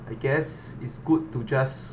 I guess it's good to just